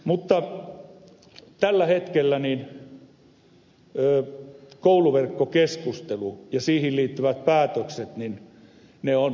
mutta tällä hetkellä kouluverkkokeskustelu ja siihen liittyvät päätökset ovat akuutteja